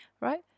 right